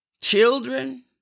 children